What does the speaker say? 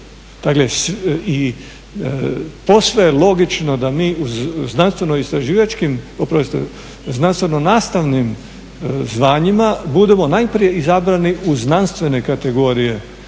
i posve je logično da mi u znanstveno-istraživačkim, oprostite znanstveno-nastavnim zvanjima budemo najprije izabrani u znanstvene kategorije,